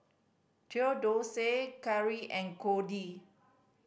Theodosia Cary and Codi